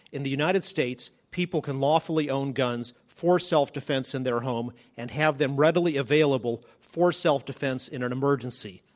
in the united states, people can lawfully own guns for self-defense in their home and have them readily available for self-defense in an emergency,